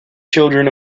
children